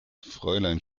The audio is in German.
fräulein